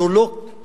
זו לא קללה.